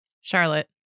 Charlotte